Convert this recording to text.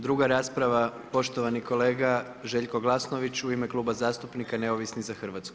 Druga rasprava, poštovani kolega Željko Glasnović u ime Kluba zastupnika Neovisni za Hrvatsku.